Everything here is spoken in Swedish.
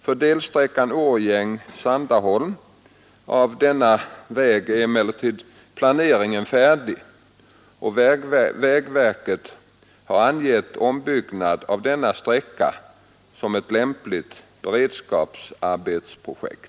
För delsträckan Årjäng—Sandaholm av denna väg är emellertid planeringen färdig, och vägverket har angett ombyggnad av denna sträcka som lämpligt beredskapsarbetsprojekt.